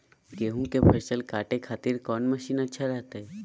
गेहूं के फसल काटे खातिर कौन मसीन अच्छा रहतय?